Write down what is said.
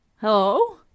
hello